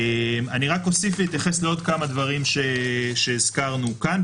אני אוסיף ואתייחס לעוד כמה דברים שהזכרנו כאן.